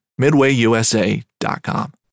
MidwayUSA.com